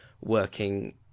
working